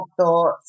thoughts